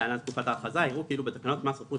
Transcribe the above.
(להלן תקופת ההכרזה) יראו כאילו בתקנות מס רכוש